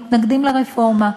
מתנגדים לרפורמה.